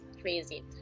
crazy